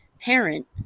parent